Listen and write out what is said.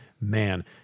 man